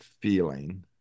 feeling